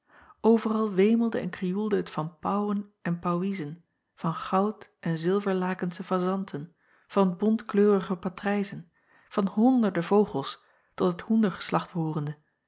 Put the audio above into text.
veral wemelde en krioelde het van paauwen en paauwiezen van goud en zilverlakensche fazanten van bontkleurige patrijzen van honderden vogels tot het hoendergeslacht behoorende